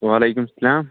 وعلیکُم سَلام